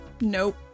Nope